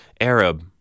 Arab